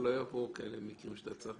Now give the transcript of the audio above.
כי לא ראיתי הבחנה בין מצב שיש